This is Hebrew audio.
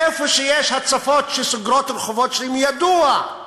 איפה יש הצפות שסוגרות רחובות שלמים, ידוע,